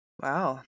Wow